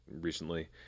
recently